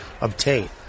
obtain